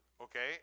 okay